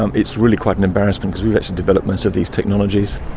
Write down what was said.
um it's really quite an embarrassment because we've actually developed most of these technologies.